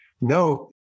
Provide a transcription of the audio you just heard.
no